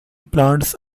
plants